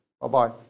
Bye-bye